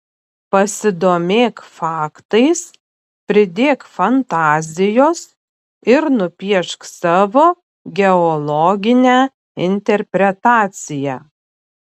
pasidomėk faktais pridėk fantazijos ir nupiešk savo geologinę interpretaciją